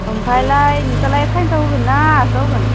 ओमफ्रायलाय नोंसोरहालाय साइन्साव होगोन ना आर्टसाव होगोन